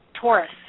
Taurus